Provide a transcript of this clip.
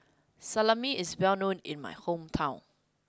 salami is well known in my hometown